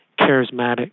charismatic